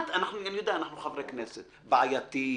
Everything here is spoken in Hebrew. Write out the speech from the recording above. אני יודע, אנחנו חברי כנסת, זה בעייתי,